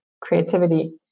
creativity